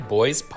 Boys